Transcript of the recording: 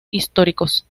históricos